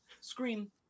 Scream